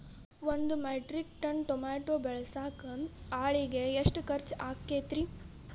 ಒಂದು metric ton tomato ಬೆಳಸಾಕ್ ಆಳಿಗೆ ಎಷ್ಟು ಖರ್ಚ್ ಆಕ್ಕೇತ್ರಿ?